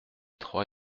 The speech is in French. trois